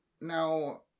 Now